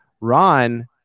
Ron